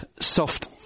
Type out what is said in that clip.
soft